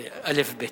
זה אלף-בית.